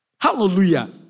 Hallelujah